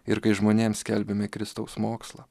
ir kai žmonėms skelbiame kristaus mokslą